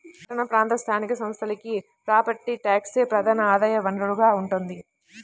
పట్టణ ప్రాంత స్థానిక సంస్థలకి ప్రాపర్టీ ట్యాక్సే ప్రధాన ఆదాయ వనరుగా ఉంటోంది